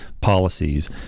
policies